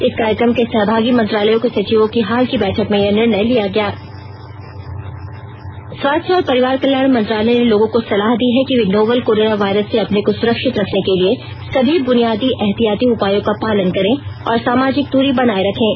इस कार्यक्रम के सहभागी मंत्रालयों के सचिवों की हाल की बैठक में यह निर्णय लिया गया स्वास्थ्य और परिवार कल्याण मंत्रालय ने लोगों को सलाह दी है कि वे नोवल कोरोना वायरस से अपने को सुरक्षित रखने के लिए सभी बुनियादी एहतियाती उपायों का पालन करें और सामाजिक दूरी बनाए रखें